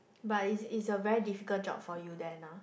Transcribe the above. but is is a very difficult job for you then ah